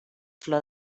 flor